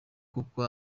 koko